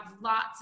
lots